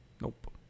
Nope